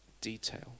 detail